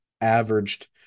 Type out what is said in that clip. averaged